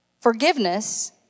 Forgiveness